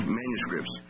manuscripts